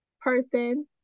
person